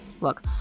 Look